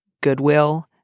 goodwill